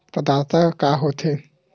प्रदाता का हो थे?